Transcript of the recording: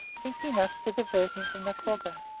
thinking thus to divert him from the quagga.